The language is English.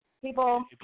People